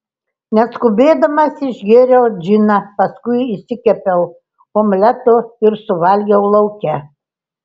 neskubėdamas išgėriau džiną paskui išsikepiau omleto ir suvalgiau lauke